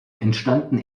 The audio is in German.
entstanden